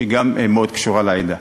שגם מאוד קשורה לעדה.